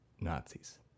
Nazis